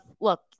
look